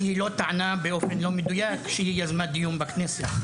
כי היא לא טענה באופן לא מדויק שהיא יזמה דיון בכנסת,